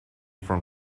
from